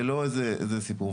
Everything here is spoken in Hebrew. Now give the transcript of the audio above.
זה לא איזה סיפור.